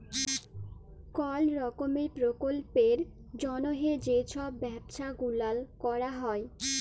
call রকমের পরকল্পের জ্যনহে যে ছব ব্যবছা গুলাল ক্যরা হ্যয়